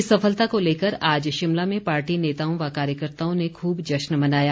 इस सफलता को लेकर आज शिमला में पार्टी नेताओं व कार्यकर्ताओं ने खूब जश्न मनाया